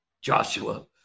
Joshua